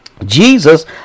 Jesus